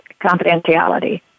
confidentiality